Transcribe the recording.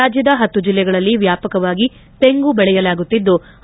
ರಾಜ್ಲದ ಹತ್ತು ಜಿಲ್ಲೆಗಳಲ್ಲಿ ವ್ಲಾಪಕವಾಗಿ ತೆಂಗು ಬೆಳೆಯಲಾಗುತ್ತಿದ್ಲು